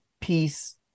peace